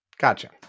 Gotcha